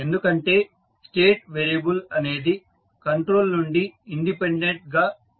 ఎందుకంటే state variable అనేది control నుండి ఇండిపెండెంట్ గా ఉంది